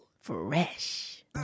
Fresh